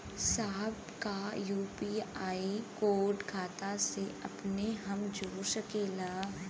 साहब का UPI code खाता से अपने हम जोड़ सकेला?